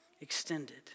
extended